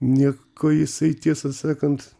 nieko jisai tiesą sakant